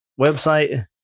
website